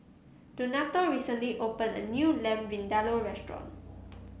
Donato recently opened a new Lamb Vindaloo restaurant